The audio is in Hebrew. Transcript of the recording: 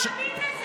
אתה לא מאמין בזה.